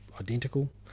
identical